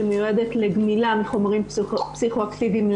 שמיועדת לגמילה מחומרים פסיכו-אקטיביים,